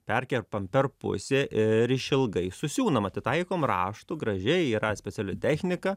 perkerpam per pusį ir išilgai susiūnam atitaikom raštų gražiai yra speciali technika